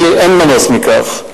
אין מנוס מכך.